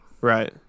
Right